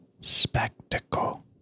spectacle